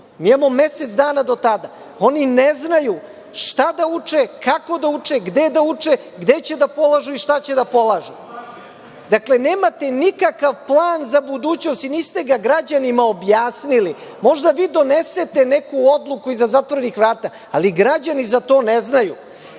Mi imamo mesec dana do tada. Oni ne znaju šta da uče, kako da uče, gde da uče, gde će da polažu i šta će da polažu. Dakle, nemate nikakav plan za budućnost i niste ga građanima objasnili. Možda vi donesete neku odluku iza zatvorenih vrata, ali građani za to ne znaju.